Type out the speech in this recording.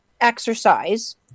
exercise